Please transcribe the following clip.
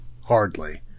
hardly